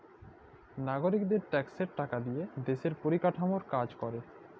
লাগরিকদের ট্যাক্সের টাকা দিয়া দ্যশের পরিকাঠামর কাম ক্যরে